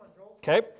okay